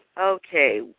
Okay